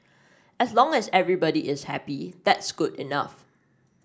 as long as everybody is happy that's good enough